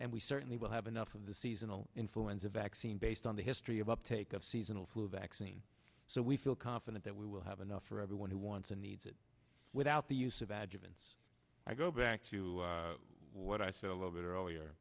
and we certainly will have enough of the seasonal influenza vaccine based on the history of uptake of seasonal flu vaccine so we feel confident that we will have enough for everyone who wants and needs it without the use of adjutants i go back to what i said a little bit earlier